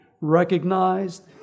recognized